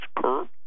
curve